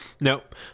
Nope